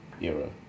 era